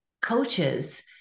coaches